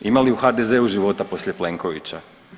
Ima li u HDZ-u života poslije Plenkovića?